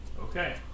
Okay